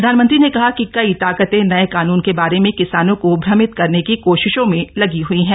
प्रधानमंत्री ने कहा कि कई ताकतें नए कानून के बारे में किसानों को भ्रमित करने की कोशिशों में लगी है